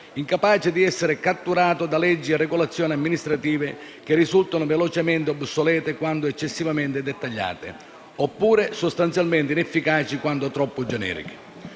incapace di essere catturato da leggi e regolazioni amministrative, che risultano velocemente obsolete quando eccessivamente dettagliate, oppure sostanzialmente inefficaci quando troppo generiche.